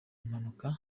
impanuka